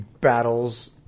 battles